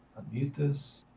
unmute this.